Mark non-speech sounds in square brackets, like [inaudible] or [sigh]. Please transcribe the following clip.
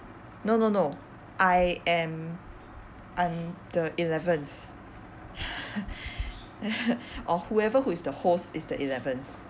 no no no I am I'm the eleventh [laughs] or whoever who is the host is the eleventh